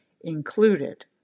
included